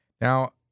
Now